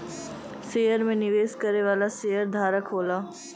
share में निवेश करे वाला शेयरधारक होला